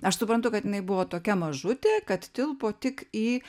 aš suprantu kad jinai buvo tokia mažutė kad tilpo tik į